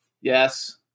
Yes